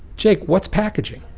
jake, what's packaging?